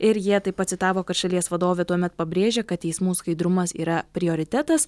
ir jie taip pat citavo kad šalies vadovė tuomet pabrėžė kad teismų skaidrumas yra prioritetas